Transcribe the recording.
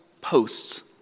posts